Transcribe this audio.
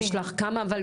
כמה ממשק יש לך,